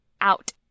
out